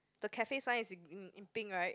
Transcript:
the cafe sign is in in pink right